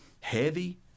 heavy